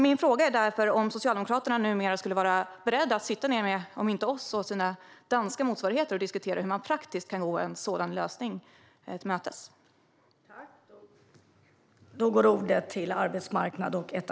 Min fråga är därför om Socialdemokraterna numera skulle vara beredda att sitta ned - om inte med oss så med sina danska motsvarigheter - och diskutera hur man praktiskt kan gå en sådan lösning till mötes.